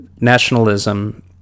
nationalism